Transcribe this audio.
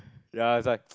ya that's why